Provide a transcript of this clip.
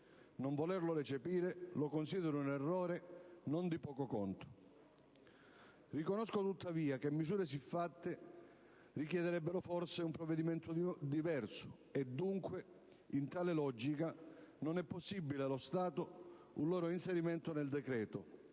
non volerlo recepirelo considero un errore non di poco conto. Riconosco tuttavia che misure siffatte richiederebbero forse un provvedimento diverso e dunque, in tale logica, non è possibile allo stato un loro inserimento nel decreto,